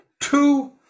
two